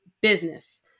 business